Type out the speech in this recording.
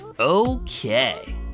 Okay